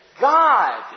God